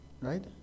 Right